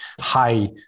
high